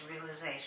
realization